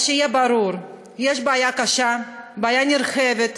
אז שיהיה ברור: יש בעיה קשה, בעיה נרחבת,